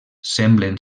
semblen